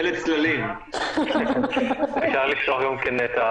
מבקש לפתוח עם משרד